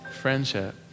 friendship